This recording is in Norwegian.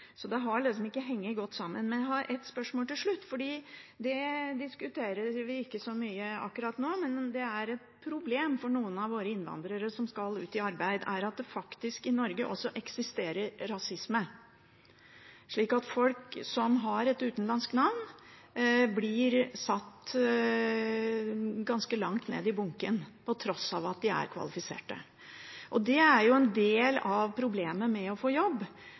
Det har liksom ikke hengt så godt sammen. Jeg har ett spørsmål til slutt. Vi diskuterer det ikke så mye akkurat nå, men det er et problem for noen av våre innvandrere som skal ut i arbeid, at det i Norge faktisk også eksisterer rasisme – søknader fra folk som har et utenlandsk navn, blir lagt ganske langt ned i bunken, på tross av at de er kvalifisert. Det er en del av problemet med å få jobb.